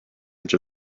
edge